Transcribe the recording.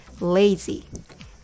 lazy